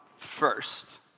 First